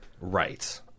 right